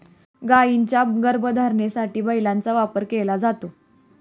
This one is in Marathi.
गायींच्या गर्भधारणेसाठी बैलाचा वापर केला जातो